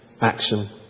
action